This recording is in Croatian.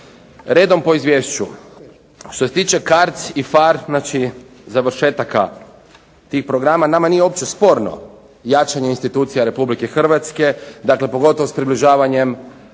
Redom po izvješću. Što se tiče CARDS i PHARE znači završetaka tih programa nama nije uopće sporno jačanje institucija Republike Hrvatske. Dakle, pogotovo s približavanjem